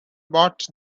bought